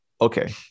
okay